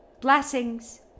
Blessings